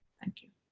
thank you.